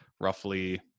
roughly